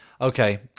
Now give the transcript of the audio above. okay